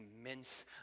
immense